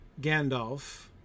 Gandalf